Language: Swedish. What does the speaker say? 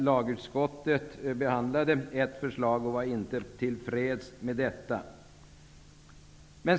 Lagutskottet behandlade ett förslag och var inte till freds med detta.